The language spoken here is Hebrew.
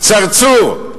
צרצור,